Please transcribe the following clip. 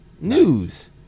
news